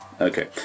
Okay